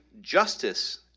Justice